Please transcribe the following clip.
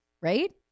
right